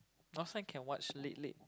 last time can watch late late